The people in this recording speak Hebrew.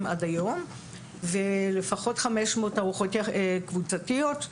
עד היום ולפחות 500 תערוכות קבוצתיות.